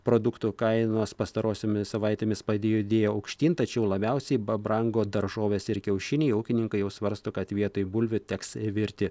produktų kainos pastarosiomis savaitėmis pajudėjo aukštyn tačiau labiausiai pabrango daržovės ir kiaušiniai ūkininkai jau svarsto kad vietoj bulvių teks virti